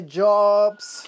jobs